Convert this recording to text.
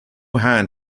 hand